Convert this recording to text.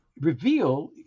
reveal